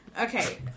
Okay